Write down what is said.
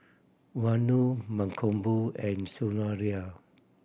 Vanu Mankombu and Sundaraiah